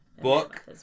book